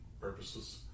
purposes